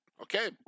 Okay